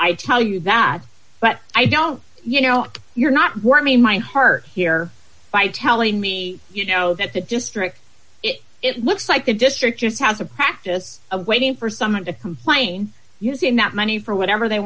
i tell you that but i don't you know you're not worth me my heart here by telling me you know that the district if it looks like the district just has a practice of waiting for someone to come flying using that money for whatever they